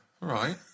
right